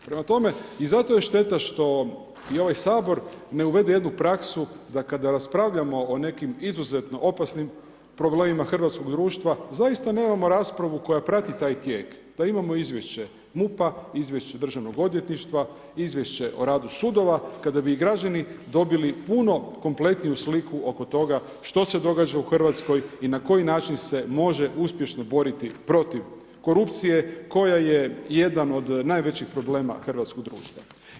I zato je šteta što i ovaj Sabor ne uvede jednu praksu da kada raspravljamo o nekim izuzetno opasnim problemima hrvatskog društva zaista nemamo raspravu koja prati taj tijek, da imamo izvješće MUP-a, izvješće državnog odvjetništva, izvješće o radu sudova, kada bi i građani dobili puno kompletniju sliku oko toga što se događa u Hrvatskoj i na koji način se može uspješno boriti protiv korupcije koja je jedan od najvećih problema hrvatskog društva.